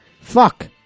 Fuck